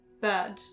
Bird